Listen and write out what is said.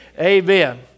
Amen